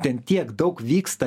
ten tiek daug vyksta